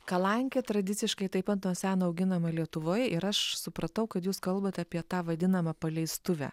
kalankė tradiciškai taip pat nuo seno auginama lietuvoj ir aš supratau kad jūs kalbat apie tą vadinamą paleistuvę